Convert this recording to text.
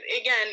again